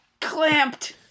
clamped